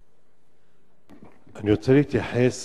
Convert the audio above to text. אני רוצה להתייחס